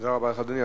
תודה רבה לך, אדוני.